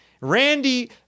Randy